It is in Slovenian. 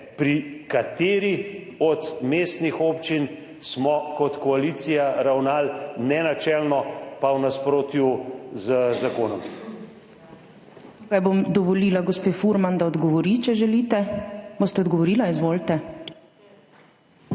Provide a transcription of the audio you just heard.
pri kateri od mestnih občin smo kot koalicija ravnali nenačelno in v nasprotju z zakonom.